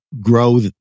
grow